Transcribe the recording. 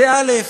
זה א.,